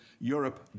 Europe